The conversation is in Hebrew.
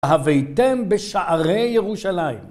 הוויתם בשערי ירושלים